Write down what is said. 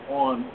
on